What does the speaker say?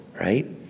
right